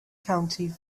county